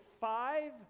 five